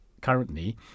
currently